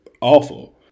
awful